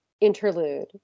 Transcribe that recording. interlude